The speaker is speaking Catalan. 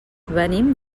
venim